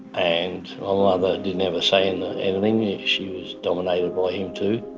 and my mother didn't ever say and anything, yeah she was dominated by him too.